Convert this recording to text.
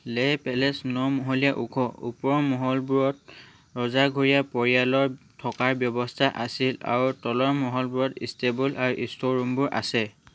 Leh palace ন মহলীয়া ওখ ওপৰৰ মহলবোৰত ৰজাঘৰীয়া পৰিয়ালৰ থকাৰ ব্যৱস্থা আছিল আৰু তলৰ মহলবোৰত ষ্টেবল আৰু ষ্ট'ৰ ৰুমবোৰ আছে